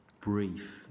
brief